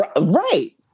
Right